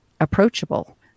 approachable